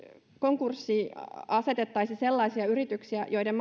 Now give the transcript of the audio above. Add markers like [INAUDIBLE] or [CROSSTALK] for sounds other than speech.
konkurssiin asetettaisi sellaisia yrityksiä joiden [UNINTELLIGIBLE]